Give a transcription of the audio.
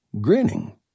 grinning